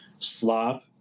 Slop